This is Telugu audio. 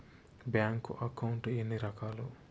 బ్యాంకు అకౌంట్ ఎన్ని రకాలు